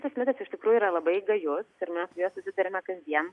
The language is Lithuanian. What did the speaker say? šitas mitas iš tikrųjų yra labai gajus ir nes juo susiduriame kasdien